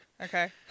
okay